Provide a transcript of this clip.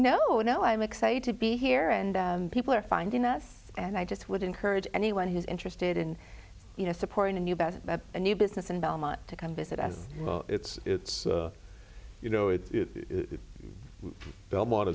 about no no i'm excited to be here and people are finding us and i just would encourage anyone who's interested in you know supporting a new best buy a new business in belmont to come visit as well it's you know it's belmont